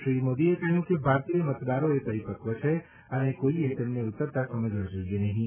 શ્રી મોદીએ કહ્યું કે ભારતીય મતદાતા એ પરિપકવ છે અને કોઇએ તેમને ઉતરતા સમજવા જોઇએ નહીં